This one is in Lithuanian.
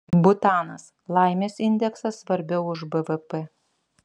butanas laimės indeksas svarbiau už bvp